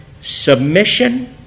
submission